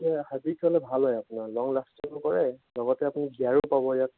গতিকে হাইব্ৰীড হ'লে ভাল হয় আপোনাৰ লং লাষ্টিঙো কৰে লগতে আপুনি গীয়াৰো পাব ইয়াতে